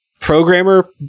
programmer